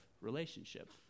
relationship